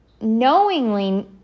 knowingly